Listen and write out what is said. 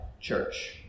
church